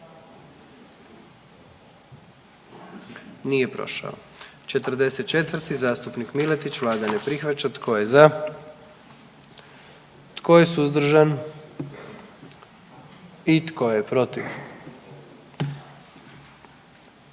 dio zakona. 44. Kluba zastupnika SDP-a, vlada ne prihvaća. Tko je za? Tko je suzdržan? Tko je protiv?